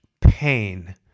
pain